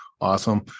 awesome